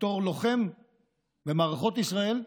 בתור לוחם במערכות ישראל,